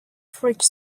fridge